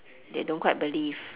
they don't quite believe